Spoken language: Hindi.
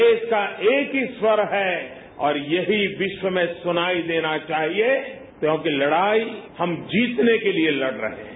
देश का एक ही स्वर है और यही विश्व में सुनाई देना चाहिए क्योंकि लड़ाई हम जीतने के लिए लड़ रहे हैं